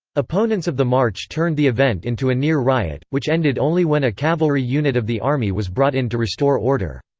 opponents of the march turned the event into a near riot, which ended only when a cavalry unit of the army was brought in to restore order.